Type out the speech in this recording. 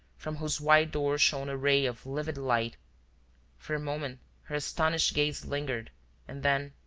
from whose wide door shone a ray of livid light for a moment her astonished gaze lingered and then,